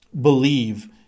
believe